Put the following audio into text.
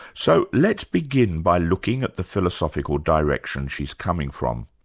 so let's begin by looking at the philosophical direction she's coming from.